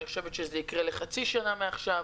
אני חושבת שזה יקרה לחצי שנה מעכשיו,